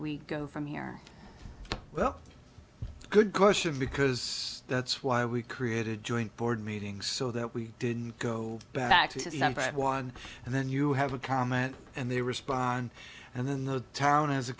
we go from here well good question because that's why we created joint board meetings so that we didn't go back to the number one and then you have a comment and they respond and then the town has a